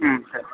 ம் சரி